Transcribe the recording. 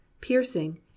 piercing